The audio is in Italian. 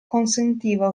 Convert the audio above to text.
consentiva